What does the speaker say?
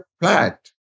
flat